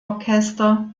orchester